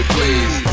Please